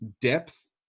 depth